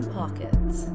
pockets